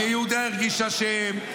יהודה הרגיש אשם,